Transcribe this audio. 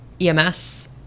EMS